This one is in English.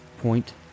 point